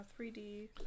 3D